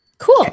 Cool